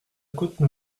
côte